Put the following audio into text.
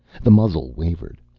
the muzzle wavered.